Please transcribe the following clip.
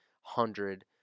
hundred